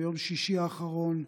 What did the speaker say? יום שישי האחרון,